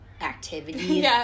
activities